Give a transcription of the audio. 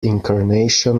incarnation